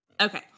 Okay